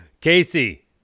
Casey